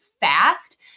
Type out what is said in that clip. fast